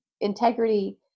integrity